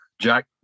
Jack